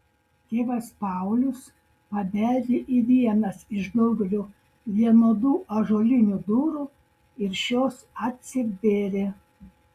tėvas paulius pabeldė į vienas iš daugelio vienodų ąžuolinių durų ir šios atsivėrė